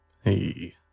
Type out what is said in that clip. Hey